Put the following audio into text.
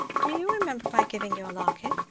do you remember my giving you a locket?